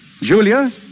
Julia